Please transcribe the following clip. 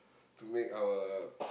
to make our